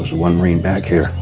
one marine back here